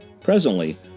Presently